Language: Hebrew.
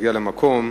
כשתגיע למקום,